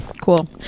Cool